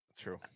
True